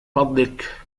فضلك